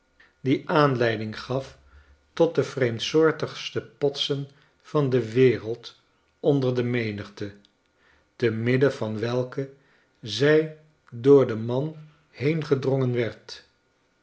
die aanleiding gaf tot de vreemdsoortigste potsen van de wereld onder de menigte te midden van welke zij door den man heengedrongen werd